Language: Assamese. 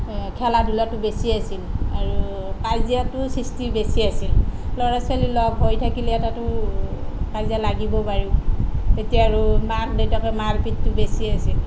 খেলা ধূলাতো বেছি আছিল আৰু কাজিয়াটোৰ সৃষ্টি বেছি আছিল ল'ৰা ছোৱালী লগ হৈ থাকিলে তাতো কাজিয়া লাগিবই বাৰু তেতিয়া আৰু মাক দেউতাকে মাৰপিটতো বেছি হৈছিল